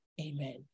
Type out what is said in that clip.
Amen